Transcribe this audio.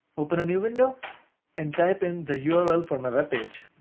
open a new window and type in the yeah url for my webpage.